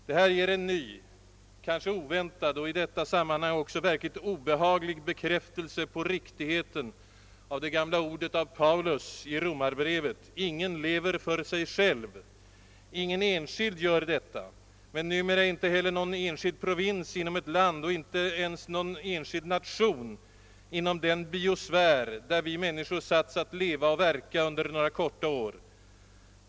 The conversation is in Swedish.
Det här ger en ny, kanske oväntad och i detta sammanhang också verkligt obehaglig bekräftelse på riktigheten av det gamla ordet av Paulus i Romarbre vet: »Ingen lever för sig själv!» Ingen enskild gör detta men numera inte heller någon enskild provins inom ett land och inte ens någon enskild nation inom den biosfär, där vi människor satts att leva och verka under några korta år.